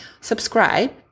subscribe